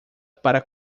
para